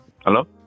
Hello